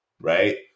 right